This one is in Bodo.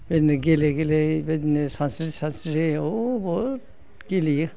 बिदिनो गेले गेले सानस्रि सानस्रि अ बहुद गेलेयो